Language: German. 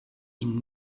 ihn